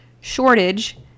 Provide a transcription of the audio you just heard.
shortage